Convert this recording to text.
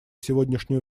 сегодняшнюю